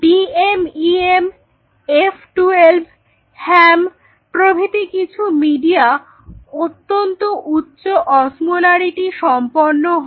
DMEM F12 HAM প্রভৃতি কিছু media অত্যন্ত উচ্চ অস্মলারিটি সম্পন্ন হয়